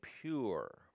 pure